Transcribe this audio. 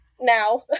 now